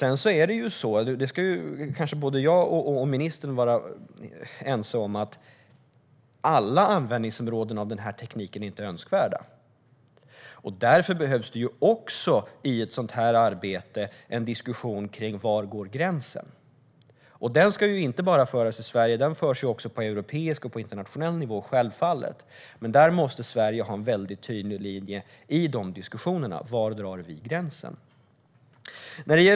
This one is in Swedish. Jag och ministern är kanske överens om att inte alla användningsområden för den här tekniken är önskvärda. Därför behövs det också en diskussion om var gränsen går. Den diskussionen ska inte bara föras i Sverige. Den förs självfallet också på europeisk och internationell nivå. Men i de diskussionerna måste Sverige ha en tydlig linje i fråga om var vi drar gränsen.